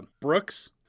Brooks